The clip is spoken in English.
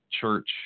church